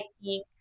hiking